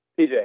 TJ